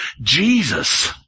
Jesus